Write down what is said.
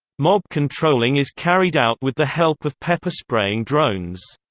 mob controlling is carried out with the help of pepper spraying drones.